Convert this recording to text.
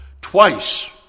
Twice